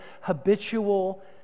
habitual